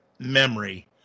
memory